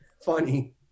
funny